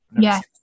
Yes